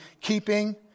keeping